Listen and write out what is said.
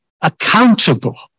accountable